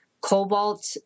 cobalt